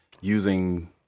using